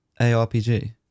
ARPG